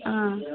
आं